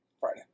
Friday